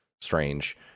strange